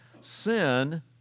sin